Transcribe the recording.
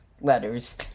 letters